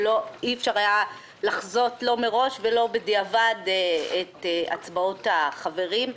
אי אפשר היה לחזות לא מראש ולא בדיעבד את הצבעות החברים.